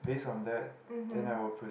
mmhmm